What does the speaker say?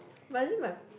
but actually my